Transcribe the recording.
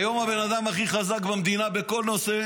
היום הבן אדם הכי חזק במדינה כל נושא,